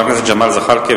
חבר הכנסת ג'מאל זחאלקה,